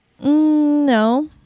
No